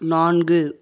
நான்கு